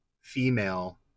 female